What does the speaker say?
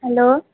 hello